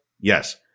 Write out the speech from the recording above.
Yes